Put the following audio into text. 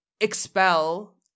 expel